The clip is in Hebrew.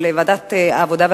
של ועדת העבודה,